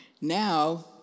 Now